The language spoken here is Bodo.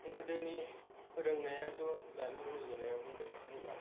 गोदोनि फोरोंनायाथ' दानि रुजुनायाव बुंनो थाङोबा